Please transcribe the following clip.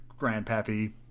grandpappy